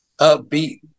upbeat